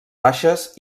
baixes